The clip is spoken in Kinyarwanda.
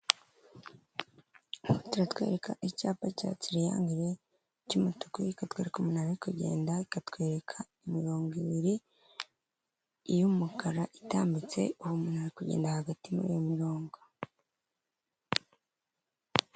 Iyi ngiyi ni inzu y'ubucuruzi bw'ibintu byinshi bitandukanye, bidufasha kuba wasangamo aho wasanga ubwishingizi bwa banki, aho wajya k'urubuga rw'irembo bakagufasha ,imbuga nyinshi zitandukanye bakaguha ,bakagufasha kwiyandikisha mubantu bazajya mu mahanga ,bakagufasha kubitsa amafaranga yawe no kuyohereza ahantu hatandukanye no kuyabikura.